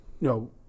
No